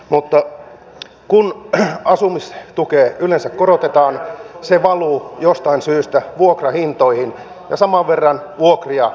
mutta kun asumistukea yleensä korotetaan se valuu jostain syystä vuokrahintoihin ja saman verran vuokria korotetaan